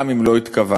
גם אם לא התכוונת.